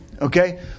Okay